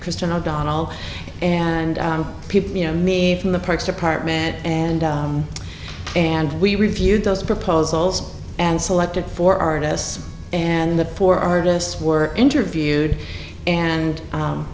christine o'donnell and you know me from the parks department and and we reviewed those proposals and selected for artists and the four artists were interviewed and